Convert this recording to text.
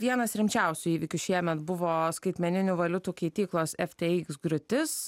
vienas rimčiausių įvykių šiemet buvo skaitmeninių valiutų keityklos ftx griūtis